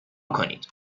کنید